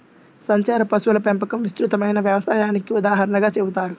సంచార పశువుల పెంపకం విస్తృతమైన వ్యవసాయానికి ఉదాహరణగా చెబుతారు